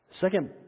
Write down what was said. Second